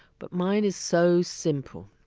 but mine is so simple.